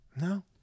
No